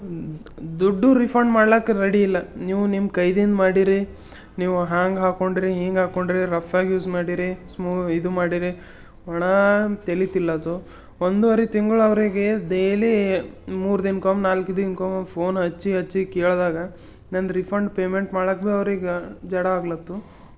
ದುಡ್ಡು ರೀಫಂಡ್ ಮಾಡ್ಲಾಕ ರೆಡಿ ಇಲ್ಲ ನೀವು ನಿಮ್ಮ ಕೈದಿಂದ ಮಾಡೀರಿ ನೀವು ಹಾಂಗೆ ಹಾಕ್ಕೊಂಡ್ರಿ ಹೀಂಗೆ ಹಾಕ್ಕೊಂಡ್ರಿ ರಫ್ ಹಾಗ್ ಯೂಸ್ ಮಾಡೀರಿ ಸ್ಮೂ ಇದು ಮಾಡೀರಿ ಒಣ ತೆಲಿತಿಲ್ಲ ಅದು ಒಂದುವರೆ ತಿಂಗ್ಳು ಅವರಿಗೆ ದೇಲಿ ಮೂರು ದಿನ್ಕೊಮ್ಮೆ ನಾಲ್ಕು ದಿನ್ಕೊಮ್ಮೊಮ್ಮೆ ಫೋನ್ ಹಚ್ಚಿ ಹಚ್ಚಿ ಕೇಳಿದಾಗ ನಂದು ರಿಫಂಡ್ ಪೇಮೆಂಟ್ ಮಾಡಕ್ಕೆ ಭಿ ಅವ್ರಿಗೆ ಜಡ ಆಗ್ಲತ್ತು